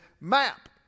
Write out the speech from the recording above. map